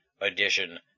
edition